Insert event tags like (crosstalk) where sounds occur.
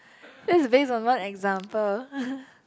that is based on one example (laughs)